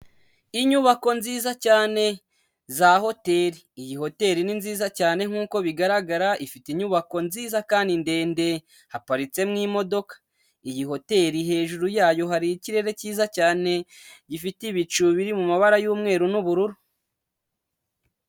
Inyubako nziza cyane za hoteli, iyi hoteli ni nziza cyane nkuko bigaragara, ifite inyubako nziza kandi ndende, haparitsemo imodoka. Iyi hoteli hejuru yayo hari ikirere cyiza cyane, gifite ibicu biri mu mabara y'umweru n'ubururu.